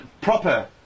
proper